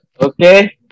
Okay